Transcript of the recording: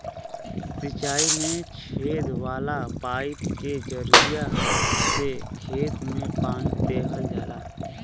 सिंचाई में छेद वाला पाईप के जरिया से खेत में पानी देहल जाला